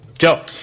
Joe